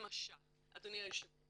למשל אדוני היושב ראש,